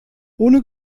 ohne